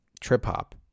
trip-hop